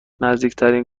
نزدیکترین